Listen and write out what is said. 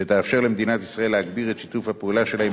שתאפשר למדינת ישראל להגביר את שיתוף הפעולה שלה עם